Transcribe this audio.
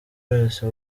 wese